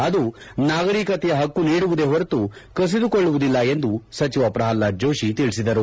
ಅದು ನಾಗರೀಕತೆಯ ಹಕ್ಕು ನೀಡುವುದೇ ಹೊರತು ಕಸಿದುಕೊಳ್ಳುವುದಿಲ್ಲ ಎಂದು ಸಚಿವ ಪ್ರಹ್ಲಾದ್ ಜೋಷಿ ತಿಳಿಸಿದರು